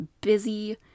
busy